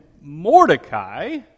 Mordecai